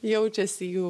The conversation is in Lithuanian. jaučiasi jų